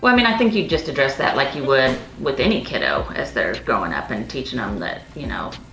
but i mean, i think you'd just address that like you would with any kiddo as they're growing up and teaching them that, you know,